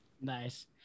Nice